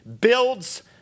builds